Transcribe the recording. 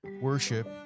worship